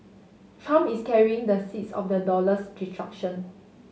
trump is carrying the seeds of the dollar's destruction